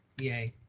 yay.